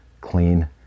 clean